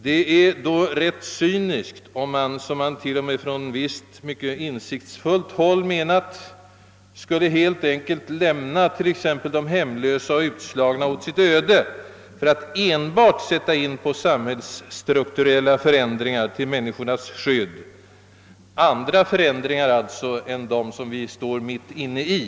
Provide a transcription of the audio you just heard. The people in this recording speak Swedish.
Det är då rätt cyniskt, om vi — såsom man t.o.m. från visst mycket insiktsfullt håll menat — skulle helt enkelt lämna de hemlösa och utslagna åt sitt öde för att en bart sätta in samhällsstrukturella förändringar till människornas gagn och skydd, förändringar alltså av annat slag än dem som vi nu står mitt inne i.